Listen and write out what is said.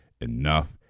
enough